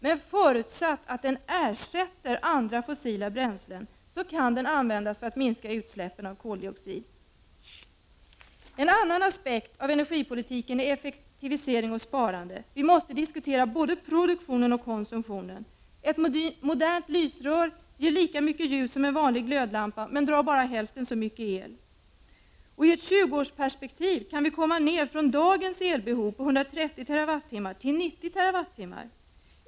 Men förutsatt att den ersätter andra fossila bränslen, kan den användas för att minska utsläppen av koldioxid. En annan aspekt av energipolitiken är effektivisering och sparande. Vi måste diskutera både produktionen och konsumtionen. Ett modernt lysrör ger lika mycket ljus som en vanlig glödlampa, men drar bara hälften så mycket el. I ett 20-årsperspektiv kan vi komma ner från dagens elbehov på 130 TWh till 90 TWh.